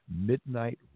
midnight